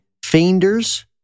fienders